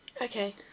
Okay